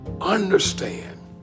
understand